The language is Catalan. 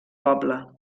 poble